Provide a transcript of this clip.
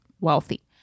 wealthy